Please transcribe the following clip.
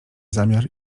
zamiar